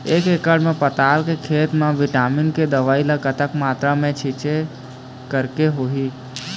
एक एकड़ पताल के खेत मा विटामिन के दवई ला कतक मात्रा मा छीचें करके होही?